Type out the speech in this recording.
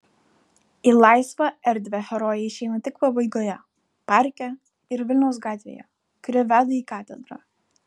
į laisvą erdvę herojai išeina tik pabaigoje parke ir vilniaus gatvėje kuri veda į katedrą